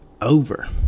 over